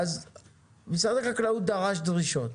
משרד החקלאות דרש דרישות.